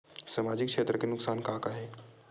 सामाजिक क्षेत्र के नुकसान का का हे?